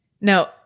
Now